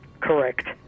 Correct